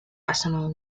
personal